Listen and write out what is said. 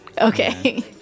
Okay